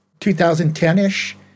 2010-ish